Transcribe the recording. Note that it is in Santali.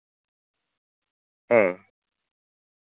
ᱦᱩᱸ